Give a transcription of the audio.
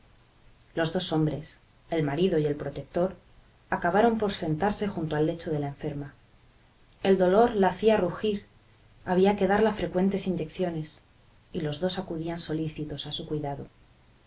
los dos hombres el marido y el protector acabaron por sentarse junto al lecho de la enferma el dolor la hacía rugir había que darla frecuentes inyecciones y los dos acudían solícitos a su cuidado